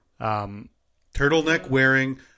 Turtleneck-wearing